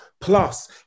Plus